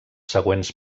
següents